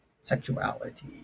sexuality